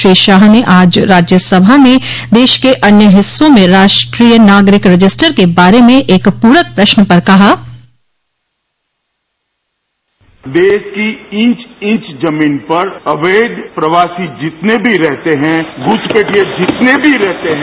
श्री शाह ने आज राज्यसभा में देश के अन्य हिस्सों में राष्ट्रीय नागरिक रजिस्टर के बारे में एक पूरक प्रश्न पर कहा देश की इंच इंच जमीन पर अवैध प्रवासी जितने भी रहते हैं घुसपैठिये जितने भी रहते हैं